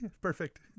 perfect